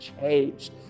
changed